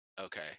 okay